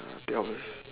there are